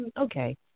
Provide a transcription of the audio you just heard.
okay